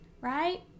right